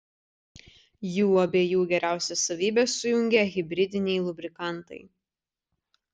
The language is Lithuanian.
jų abiejų geriausias savybes sujungia hibridiniai lubrikantai